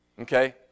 Okay